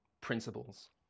principles